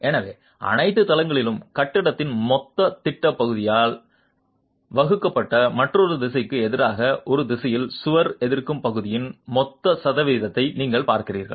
எனவே அனைத்து தளங்களிலும் கட்டிடத்தின் மொத்த திட்டப் பகுதியால் வகுக்கப்பட்ட மற்றொரு திசைக்கு எதிராக ஒரு திசையில் சுவர் எதிர்க்கும் பகுதியின் மொத்த சதவீதத்தை நீங்கள் பார்க்கிறீர்கள்